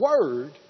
Word